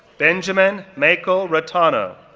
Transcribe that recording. benjamin mackall rietano,